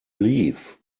leaf